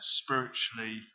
spiritually